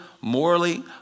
morally